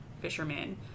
fishermen